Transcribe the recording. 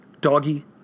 doggy